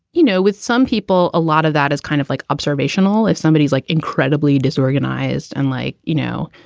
you know, with some people? a lot of that is kind of like observational. if somebody is like incredibly disorganized and like, you know,